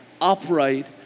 upright